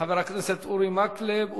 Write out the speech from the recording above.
חבר הכנסת אורי מקלב,